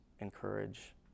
encourage